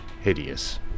hideous